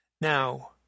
Now